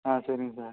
ஆ சரிங்க சார்